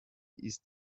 ist